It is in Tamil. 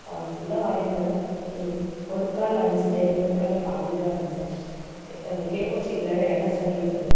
ஃபுல்லாக வரைய முடில்ல ஒரு கால் வரைஞ்சிட்டேன் இன்னொரு காலில் பாதி தான் வரைஞ்சேன் ஏ ஃபோர் சீட்டு வேறு இடம் சரியாக போகல